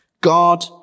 God